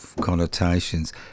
connotations